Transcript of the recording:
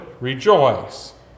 rejoice